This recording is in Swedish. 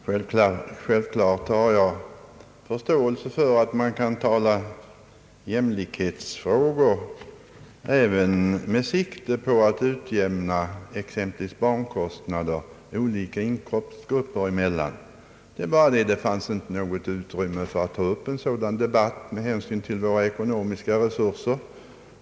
Herr talman! Självfallet har jag förståelse för att man kan tala i jämlikhetsfrågor även med sikte på en utjämning av exempelvis barnkostnader olika inkomstgrupper emellan. Det har emellertid inte funnits något utrymme för att ta upp en sådan debatt med hänsyn till våra ekonomiska resurser.